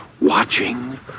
watching